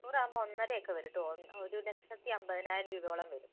നൂറ് ആവുമ്പോൾ ഒന്നരയൊക്കെ വരും കേട്ടോ ഒരു ലക്ഷത്തി അമ്പതിനായിരം രൂപയോളം വരും